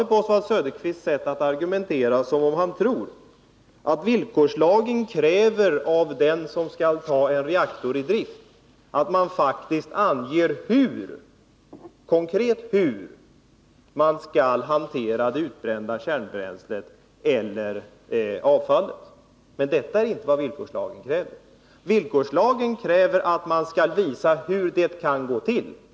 På hans sätt att argumentera förefaller det som om han tror att villkorslagen kräver av dem som skall ta en reaktor i drift att det faktiskt konkret skall kunna anges hur man skall hantera det utbrända kärnbränslet eller avfallet. Men detta är inte vad villkorslagen kräver. Villkorslagen kräver att man skall visa hur det kan gå till.